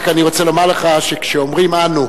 רק אני רוצה לומר לך שכשאומרים אנו: